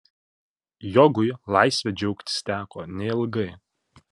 jogui laisve džiaugtis teko neilgai